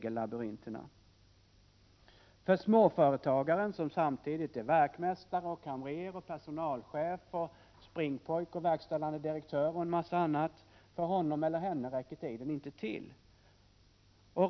Thage G Peterson ger i dagens debatt sken av att regeringen förenklar och samordnar, exempelvis uppbörd av källskatt och arbetsgivaravgifter, och avreglerar arbetet i de mindre företagen.